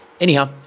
anyhow